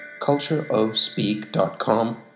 cultureofspeak.com